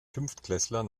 fünftklässler